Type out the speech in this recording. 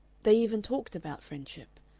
they even talked about friendship.